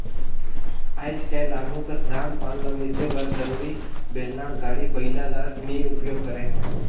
आएज काएल आघु कस धान पान ल मिसे बर दउंरी, बेलना, गाड़ी बइला ल नी उपियोग करे